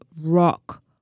rock